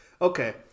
Okay